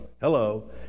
hello